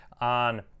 on